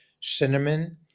cinnamon